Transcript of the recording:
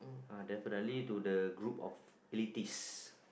uh definitely to the group of elitist